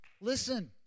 listen